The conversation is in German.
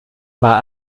war